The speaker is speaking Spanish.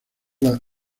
las